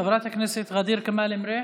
חברת הכנסת ע'דיר כמאל מריח,